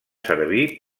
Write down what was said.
servir